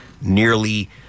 nearly